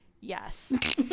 yes